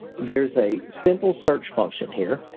there's a simple search function here.